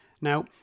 Now